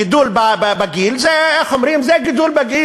הגידול בגיל זה, איך אומרים, זה גידול בגיל.